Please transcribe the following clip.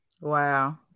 Wow